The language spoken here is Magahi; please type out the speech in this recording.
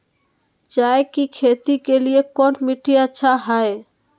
चाय की खेती के लिए कौन मिट्टी अच्छा हाय?